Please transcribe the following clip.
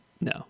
No